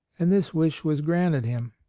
and this wish was granted him.